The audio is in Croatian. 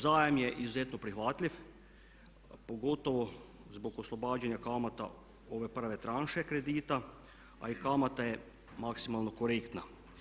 Zajam je izuzetno prihvatljiv pogotovo zbog oslobađanja kamata ove prve tranše kredita a i kamata je maksimalno korektna.